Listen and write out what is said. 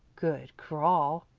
good crawl,